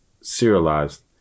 serialized